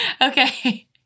okay